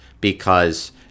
because-